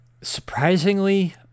surprisingly